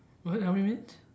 what how many minutes